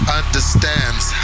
understands